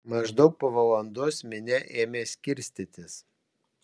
maždaug po valandos minia ėmė skirstytis